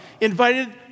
invited